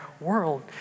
world